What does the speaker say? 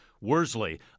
Worsley